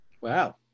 Wow